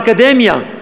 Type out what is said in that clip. חלקם באקדמיה,